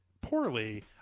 poorly